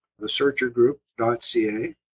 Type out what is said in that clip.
thesearchergroup.ca